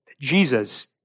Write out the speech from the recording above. Jesus